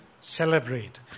celebrate